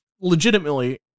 legitimately